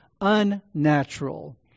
unnatural